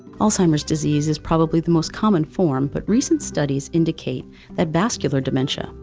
alzheimer's disease is probably the most common form, but recent studies indicate that vascular dementia,